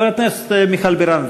חברת הכנסת מיכל בירן,